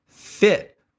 Fit